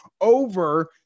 over